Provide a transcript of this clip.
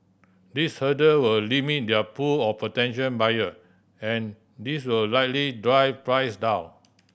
these hurdle will limit their pool of potential buyer and this will likely drive price down